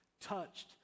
touched